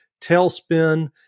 Tailspin